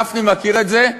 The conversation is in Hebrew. גפני מכיר את זה,